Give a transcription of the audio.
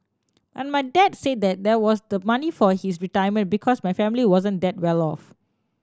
but my dad said that that was the money for his retirement because my family wasn't that well off